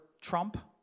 Trump